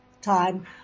time